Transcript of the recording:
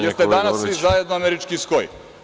Da li ste danas svi zajedno Američki SKOJ.